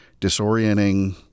disorienting